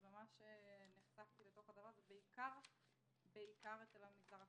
הכול, אז ממש נחשפתי לדבר הזה, בעיקר במגזר החרדי.